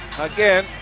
Again